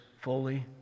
fully